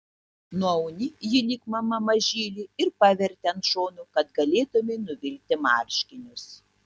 nuauni jį lyg mama mažylį ir paverti ant šono kad galėtumei nuvilkti marškinius